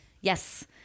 Yes